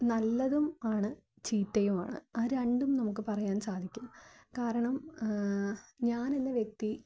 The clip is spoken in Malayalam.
നല്ലതും ആണ് ചീത്തയുമാണ് ആ രണ്ടും നമുക്ക് പറയാൻ സാധിക്കും കാരണം ഞാൻ എന്ന വ്യക്തി